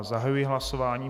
Zahajuji hlasování.